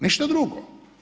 Ništa drugo.